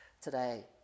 today